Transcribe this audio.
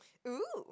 !woo!